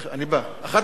גם אחוזי אבטלה נמוכים.